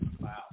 Wow